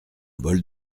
bol